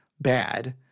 bad